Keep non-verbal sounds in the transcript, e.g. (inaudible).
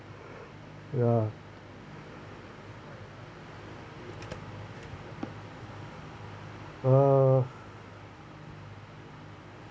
(breath) ya (breath) uh